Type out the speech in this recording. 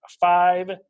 Five